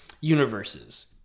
universes